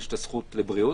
יש הזכות לבריאות,